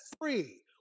free